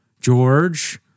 George